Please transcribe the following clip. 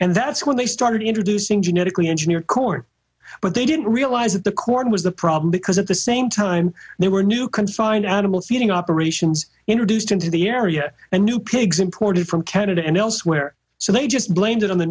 and that's when they started introducing genetically engineered corn but they didn't realize that the corn was the problem because at the same time there were new can find out about feeding operations introduced into the area and new pigs imported from canada and elsewhere so they just blamed it on the